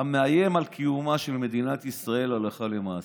המאיים על קיומה של מדינת ישראל הלכה למעשה.